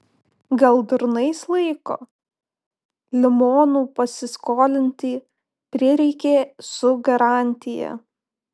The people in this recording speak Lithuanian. gal durnais laiko limonų pasiskolinti prireikė su garantija